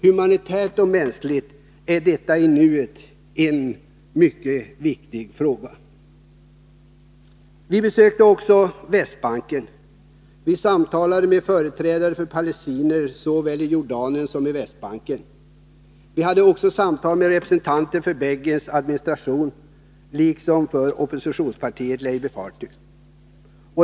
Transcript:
Humanitärt och mänskligt är detta i nuet en mycket viktig fråga. Vi besökte också Västbanken. Vi samtalade med företrädare för palestinier såväl i Jordanien som på Västbanken. Vi hade också samtal med representanter för Begins administration, liksom för oppositionspartiet Labour Party.